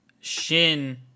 Shin